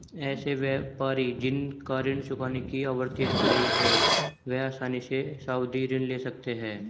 ऐसे व्यापारी जिन का ऋण चुकाने की आवृत्ति अच्छी रही हो वह आसानी से सावधि ऋण ले सकते हैं